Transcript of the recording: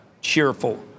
cheerful